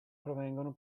provengono